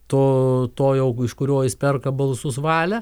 to to jau iš kurio jis perka balsus valia